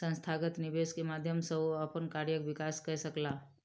संस्थागत निवेश के माध्यम सॅ ओ अपन कार्यक विकास कय सकला